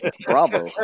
Bravo